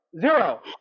Zero